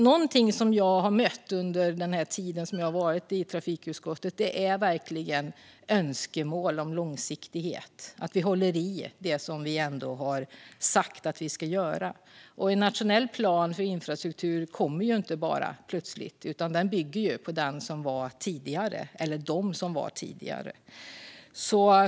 Någonting som jag har mött under min tid i trafikutskottet är verkligen önskemål om långsiktighet och att vi håller i det som vi har sagt att vi ska göra. En nationell plan för infrastruktur kommer inte bara plötsligt, utan den bygger på dem som funnits tidigare.